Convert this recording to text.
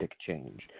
change